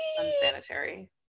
Unsanitary